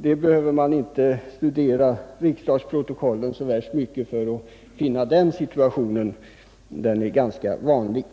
Man behöver inte studera riksdagsprotokollen så värst mycket för att finna exempel på den situationen — den är ganska vanlig.